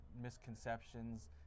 misconceptions